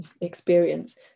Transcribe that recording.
experience